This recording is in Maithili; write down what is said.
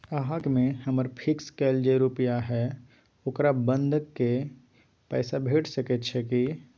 अहाँके बैंक में हमर फिक्स कैल जे रुपिया हय ओकरा बंधक रख पैसा भेट सकै छै कि?